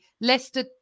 Leicester